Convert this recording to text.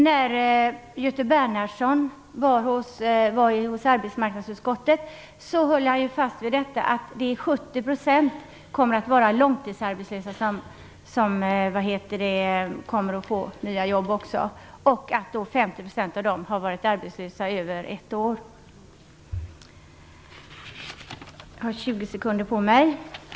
När Göte Bernhardsson var i arbetsmarknadsutskottet höll han fast vid detta, att av dem som kommer att få nya jobb är 70 % långtidsarbetslösa, varav 50 % har varit arbetslösa över ett år.